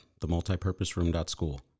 themultipurposeroom.school